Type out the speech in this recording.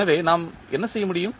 எனவே நாம் என்ன செய்ய முடியும்